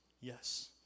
Yes